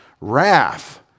wrath